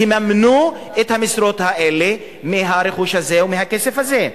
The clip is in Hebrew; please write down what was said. תממנו את המשרות האלה מהרכוש הזה ומהכסף הזה.